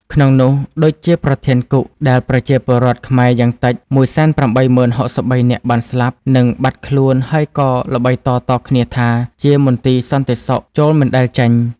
ក្នុងនោះ ឌុច ជាប្រធានគុក ដែលប្រជាពលរដ្ឋខ្មែរយ៉ាងតិច ១៨០៦៣នាក់បានស្លាប់ និងបាត់ខ្លួនហើយក៏ល្បីតៗគ្នាថា ជាមន្ទីរសន្តិសុខ ចូលមិនដែលចេញ។